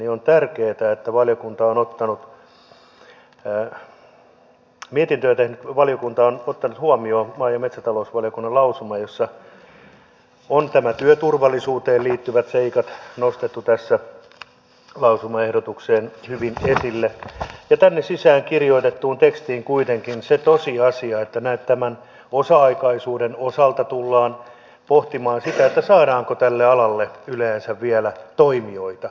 on tärkeätä että mietintöä tehnyt valiokunta on ottanut huomioon maa ja metsätalousvaliokunnan lausuman jossa on nämä työturvallisuuteen liittyvät seikat nostettu lausumaehdotukseen hyvin esille ja tänne sisään kirjoitettuun tekstiin on saatu kuitenkin se tosiasia että tämän osa aikaisuuden osalta tullaan pohtimaan sitä saadaanko tälle alalle yleensä vielä toimijoita